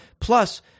Plus